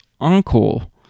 uncle